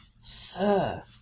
Sir